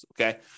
Okay